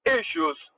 issues